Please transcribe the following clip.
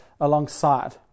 alongside